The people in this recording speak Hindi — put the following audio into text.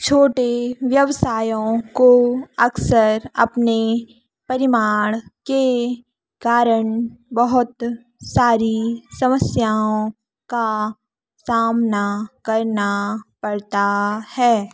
छोटे व्यवसायों को अक्सर अपने परिमाण के कारण बहुत सारी समस्याओं का सामना करना पड़ता है